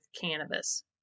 cannabis